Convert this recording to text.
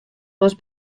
pas